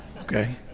okay